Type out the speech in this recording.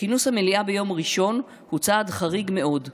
שכינוס המליאה ביום ראשון הוא צעד חריג מאוד,